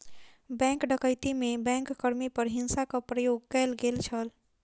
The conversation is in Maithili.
बैंक डकैती में बैंक कर्मी पर हिंसाक प्रयोग कयल गेल छल